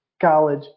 college